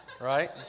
right